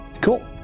Cool